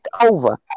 over